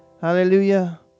Hallelujah